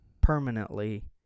permanently